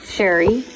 Sherry